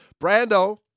brando